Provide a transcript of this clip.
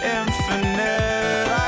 infinite